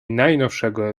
najnowszego